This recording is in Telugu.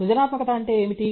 సృజనాత్మకత అంటే ఏమిటి